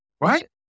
Right